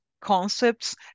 concepts